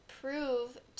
prove